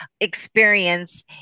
experience